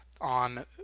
on